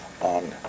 on